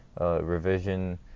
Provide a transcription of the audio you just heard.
revision